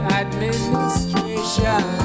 administration